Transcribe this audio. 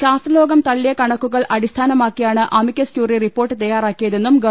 ശാസ്ത്രലോകം തള്ളിയ കണക്കുകൾ അടിസ്ഥാനമാക്കി യാണ് അമിക്കസ് ക്യൂറി റിപ്പോർട്ട് തയ്യാറാക്കിയതെന്നും ഗവ